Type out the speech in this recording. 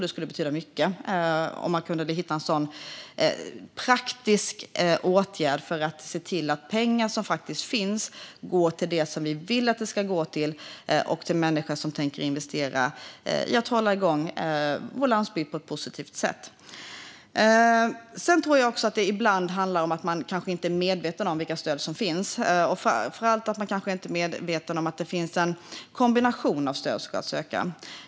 Det skulle betyda mycket om vi kan hitta en praktisk åtgärd för att se till att de pengar som faktiskt finns går till det vi vill att de ska gå till och till människor som vill investera för att hålla vår landsbygd igång. Alla är kanske inte heller medvetna om vilka stöd som finns. Framför allt är man kanske inte medveten om att det finns en kombination av stöd att söka.